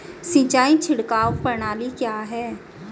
सिंचाई छिड़काव प्रणाली क्या है?